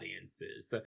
audiences